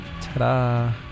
Ta-da